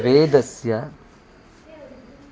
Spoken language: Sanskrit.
वेदस्य